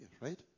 right